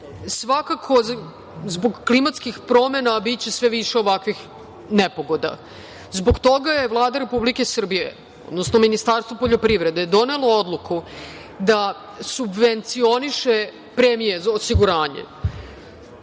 svakako zbog klimatskih promena biće sve više ovakvih nepogoda. Zbog toga je Vlada Republike Srbije, odnosno Ministarstvo poljoprivrede donelo odluku da subvencioniše premije za osiguranje.